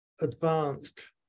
advanced